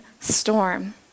storm